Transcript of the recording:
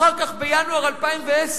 אחר כך, בינואר 2010,